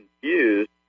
confused